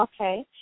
Okay